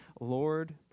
Lord